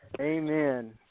Amen